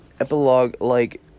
epilogue-like